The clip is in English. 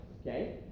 okay